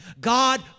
God